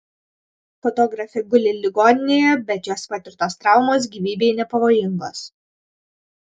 fotografė guli ligoninėje bet jos patirtos traumos gyvybei nepavojingos